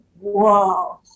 whoa